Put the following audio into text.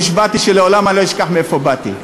נשבעתי שלעולם אני לא אשכח מאיפה באתי,